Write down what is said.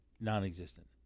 non-existent